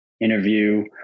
interview